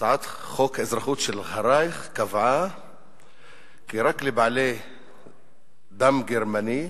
הצעת חוק האזרחות של הרייך קבעה כי רק לבעלי דם גרמני,